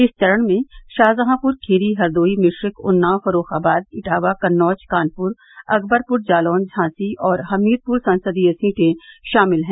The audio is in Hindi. इस चरण में शाहजहांपुर खीरी हरदोई मिश्रिख उन्नाव फर्रूखाबाद इटावा कन्नौज कानपुर अकबरपुर जालौन झांसी और हमीरपुर संसदीय सीटें शामिल है